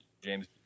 James